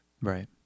Right